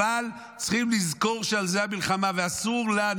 אבל צריכים לזכור שעל זה המלחמה, ואסור לנו,